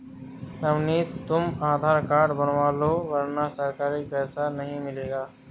नवनीत तुम आधार कार्ड बनवा लो वरना सरकारी पैसा नहीं मिलेगा